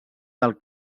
del